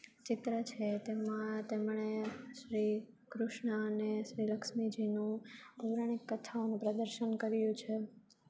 ચિત્ર છે તેમાં તેમણે શ્રી કૃષ્ણના અને શ્રી લક્ષ્મીજીની પૌરાણિક કથાઓનું પ્રદર્શન કર્યું છે